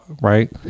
right